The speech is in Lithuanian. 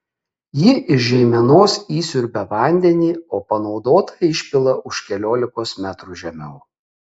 ji iš žeimenos įsiurbia vandenį o panaudotą išpila už keliolikos metrų žemiau